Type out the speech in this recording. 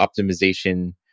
optimization